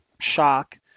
Shock